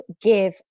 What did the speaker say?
give